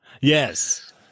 Yes